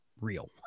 real